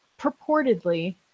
purportedly